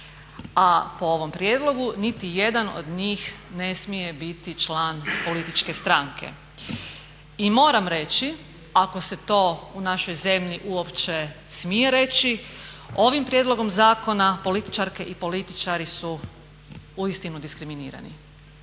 A po ovom prijedlogu niti jedan od njih ne smije biti član političke stranke. I moram reći, ako se to u našoj zemlji uopće smije reći ovim prijedlogom zakona političarke i političari su uistinu diskriminirani.